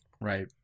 Right